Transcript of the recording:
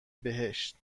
بهشت